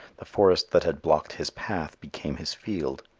the forest that had blocked his path became his field.